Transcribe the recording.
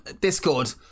Discord